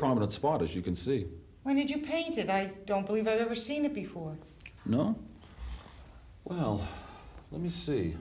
prominent spot as you can see why did you paint it i don't believe i've ever seen it before you know well let me see